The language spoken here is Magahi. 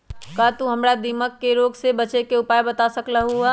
का तू हमरा दीमक के रोग से बचे के उपाय बता सकलु ह?